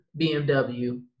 BMW